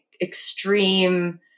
extreme